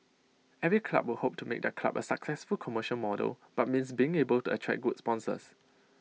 every club would hope to make their club A successful commercial model but means being able to attract good sponsors